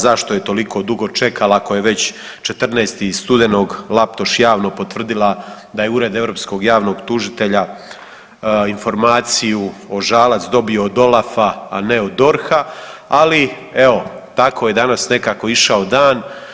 Zašto joj toliko dugo čekala ako je već 14.studenog Laptoš javno potvrdila da je Ured Europskog javnog tužitelja informaciju o Žalac dobio od OLAF-a a ne od DORH-a, ali evo tako je danas nekako išao dan.